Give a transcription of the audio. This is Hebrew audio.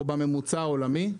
אנחנו בממוצע העולמי,